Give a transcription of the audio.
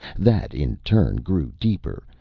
that, in turn, grew deeper,